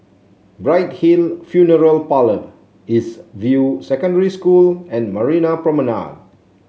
Bright Hill Funeral Parlour East View Secondary School and Marina Promenade